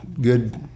good